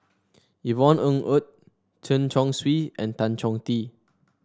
Yvonne Ng Uhde Chen Chong Swee and Tan Chong Tee